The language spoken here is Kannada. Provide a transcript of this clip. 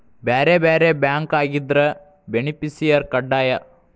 ಬ್ಯಾರೆ ಬ್ಯಾರೆ ಬ್ಯಾಂಕ್ ಆಗಿದ್ರ ಬೆನಿಫಿಸಿಯರ ಕಡ್ಡಾಯ